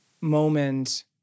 moment